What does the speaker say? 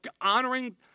honoring